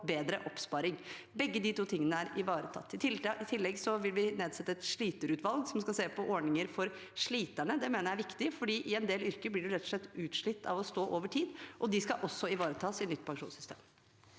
bedre oppsparing. Begge de to tingene er ivaretatt. I tillegg vil vi nedsette et sliterutvalg, som skal se på ordninger for sliterne. Det mener jeg er viktig, for en del yrker blir man rett og slett utslitt av å stå i over tid, og de skal også ivaretas i nytt pensjonssystem.